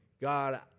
God